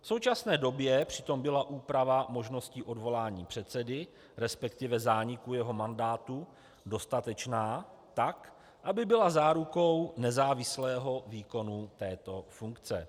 V současné době přitom byla úprava možností odvolání předsedy, resp. zániku jeho mandátu, dostatečná tak, aby byla zárukou nezávislého výkonu této funkce.